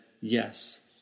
Yes